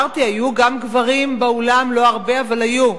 אמרתי: היו גם גברים באולם, לא הרבה, אבל היו.